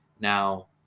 now